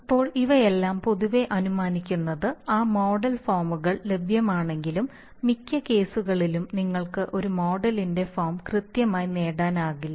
ഇപ്പോൾ ഇവയെല്ലാം പൊതുവെ അനുമാനിക്കുന്നത് ആ മോഡൽ ഫോമുകൾ ലഭ്യമാണെങ്കിലും മിക്ക കേസുകളിലും നിങ്ങൾക്ക് ഒരു മോഡലിന്റെ ഫോം കൃത്യമായി നേടാനാകില്ല